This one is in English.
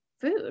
food